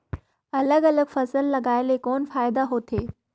अलग अलग फसल लगाय ले कौन फायदा होथे?